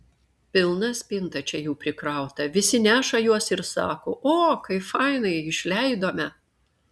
pilna spinta čia jų prikrauta visi neša juos ir sako o kaip fainai išleidome